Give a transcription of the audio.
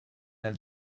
nel